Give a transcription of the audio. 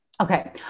Okay